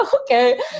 okay